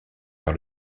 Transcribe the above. par